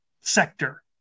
sector